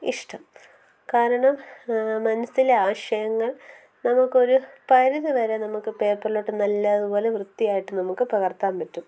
ഇഷ്ടം കാരണം മനസ്സിലെ ആശയങ്ങൾ നമുക്കൊരു പരിധി വരെ നമുക്ക് പേപ്പറിലോട്ട് നല്ലതു പോലെ വൃത്തിയായിട്ട് നമുക്ക് പകർത്താൻ പറ്റും